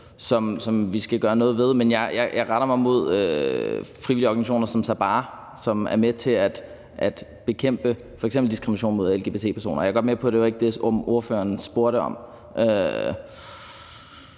og at skal vi gøre noget ved det. Men jeg retter mig mod frivillige organisationer som Sabaah, som er med til at bekæmpe f.eks. diskrimination mod lgbt-personer. Jeg er godt med på, at det ikke var det, ordføreren spurgte om.